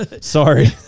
Sorry